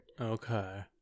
Okay